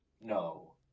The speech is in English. No